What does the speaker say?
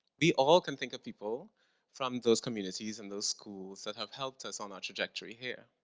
we all can think of people from those communities and those schools that have helped us on our trajectory here.